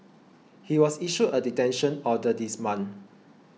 he was issued a detention order this month